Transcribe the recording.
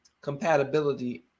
compatibility